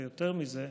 ויותר מזה,